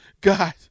God